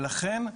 לכן,